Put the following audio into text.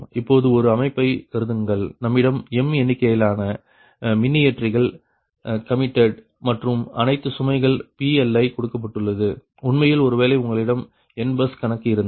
இப்பொழுது ஒரு அமைப்பைக் கருதுங்கள் நம்மிடம் m எண்ணிக்கையிலான மின்னியற்றிகள் கமிட்டட் மற்றும் அனைத்து சுமைகள் PLi கொடுக்கப்பட்டுள்ளது உண்மையில் ஒருவேளை உங்களிடம் n பஸ் கணக்கு இருந்தால்